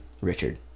Richard